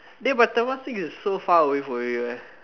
the but Temasek is so far away from here eh